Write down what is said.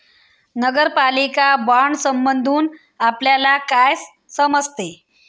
नगरपालिका बाँडसमधुन आपल्याला काय समजते?